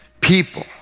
People